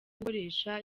gukoresha